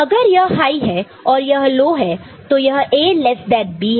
अगर यह हाइ है और यह लो है तो यह A लेस देन B है